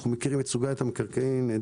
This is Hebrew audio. אנחנו מכירים אותה מקרוב,